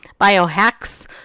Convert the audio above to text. Biohacks